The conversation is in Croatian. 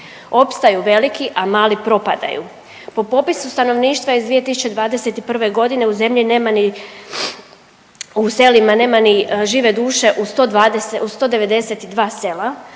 Opstaju veliki a mali propadaju. Po popisu stanovništva iz 2021. godine u zemlji nema ni, u selima